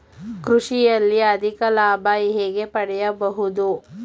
ಕೃಷಿಯಲ್ಲಿ ಅಧಿಕ ಲಾಭ ಹೇಗೆ ಪಡೆಯಬಹುದು?